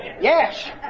Yes